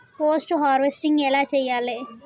Post harvesting ఎలా చెయ్యాలే?